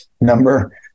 number